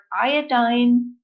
Iodine